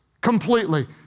completely